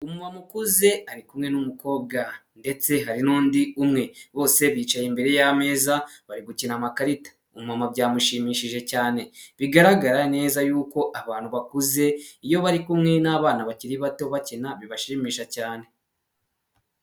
Umumama ukuze ari kumwe n'umukobwa ndetse hari n'undi umwe bose bicaye imbere y'ameza bari gukina amakarita, umumama byamushimishije cyane bigaragara neza yuko abantu bakuze iyo bari kumwe n'abana bakiri bato bakina bibashimisha cyane.